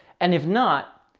and if not,